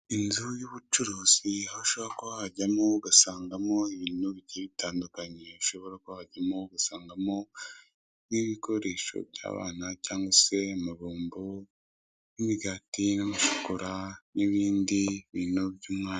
Inzu y'ubucuruzi aho ushobora kuba wajyamo ugasangamo ibintu bigiye bitandukanye, ushobora kuba wajyamo ugasangamo nk'ibikoresho by'abana cyangwa se amabombo n'imigati n'amashokora n'ibindi bintu by'umwana.